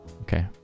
Okay